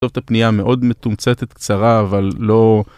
זאת פניה מאוד מתומצתת קצרה, אבל לא...